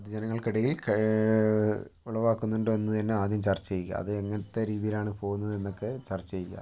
പൊതു ജനങ്ങൾക്കെടയിൽ ഉളവാക്കുന്നുണ്ടോ എന്ന് തന്നെ ആദ്യം ചർച്ച ചെയ്യുക അത് എങ്ങനത്തെ രീതിയിലാണ് പോകുന്നത് എന്നൊക്കെ ചർച്ച ചെയ്യുക